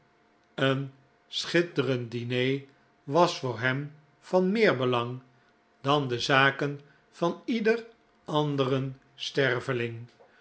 een schitterend diner was voor hem van meer belang dan de zaken van ieder anderen sterveling